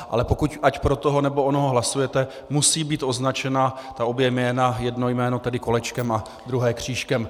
Ale pokud ať pro toho nebo onoho hlasujete, musí být označena obě jména jedno jméno kolečkem a druhé křížkem.